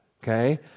Okay